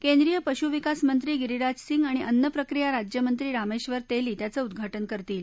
केंद्रीय पशुविकास मंत्री गिरीराज सिंग आणि अन्नप्रक्रिया राज्यमंत्री रामेंद्वर तेली त्याचं उद्वाटन करतील